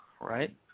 right